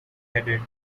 headed